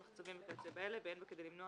מחצבים וכיוצא באלה ואין בה כדי למנוע